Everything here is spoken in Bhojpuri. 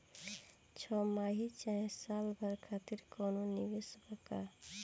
छमाही चाहे साल भर खातिर कौनों निवेश बा का?